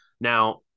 Now